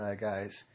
guys